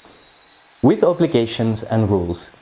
with obligations and rules,